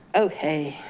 okay,